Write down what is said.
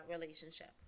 relationship